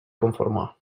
conformar